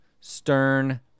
stern